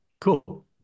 cool